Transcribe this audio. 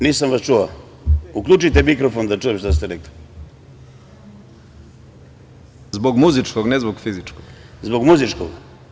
Nisam vas čuo, uključite mikrofon da vas čujem šta ste rekli… (Predsedavajući: Zbog muzičkog, ne zbog fizičkog.) Zbog muzičkog?